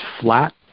flat